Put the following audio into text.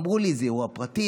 אמרו לי: זה אירוע פרטי.